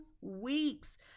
weeks